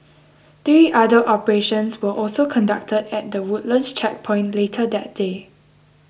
three other operations were also conducted at the Woodlands Checkpoint later that day